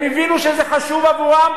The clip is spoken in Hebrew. הם הבינו שזה חשוב עבורם.